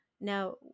Now